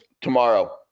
Tomorrow